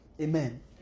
amen